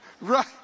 Right